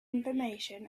information